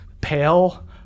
pale